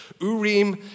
Urim